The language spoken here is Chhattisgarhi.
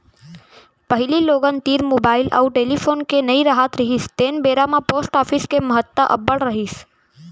पहिली लोगन तीर मुबाइल अउ टेलीफोन के नइ राहत रिहिस तेन बेरा म पोस्ट ऑफिस के महत्ता अब्बड़ रिहिस